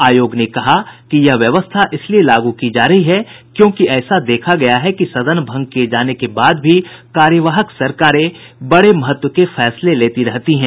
आयोग ने कहा कि यह व्यवस्था इसलिए लागू की जा रही है क्योंकि ऐसा देखा गया है कि सदन भंग किये जाने के बाद भी कार्यवाहक सरकारें बड़े महत्व के फैसले लेती रहती हैं